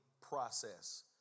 process